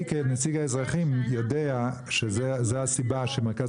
אני כנציג האזרחים יודע שזו הסיבה שמרכז